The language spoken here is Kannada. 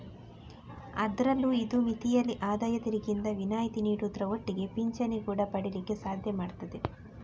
ಅದ್ರಲ್ಲೂ ಇದು ಮಿತಿಯಲ್ಲಿ ಆದಾಯ ತೆರಿಗೆಯಿಂದ ವಿನಾಯಿತಿ ನೀಡುದ್ರ ಒಟ್ಟಿಗೆ ಪಿಂಚಣಿ ಕೂಡಾ ಪಡೀಲಿಕ್ಕೆ ಸಾಧ್ಯ ಮಾಡ್ತದೆ